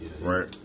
Right